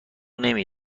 نمی